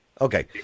Okay